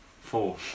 Four